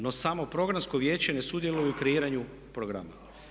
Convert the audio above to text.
No samo programsko vijeće ne sudjeluje u kreiranju programa.